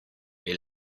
est